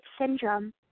syndrome